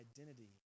identity